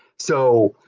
so,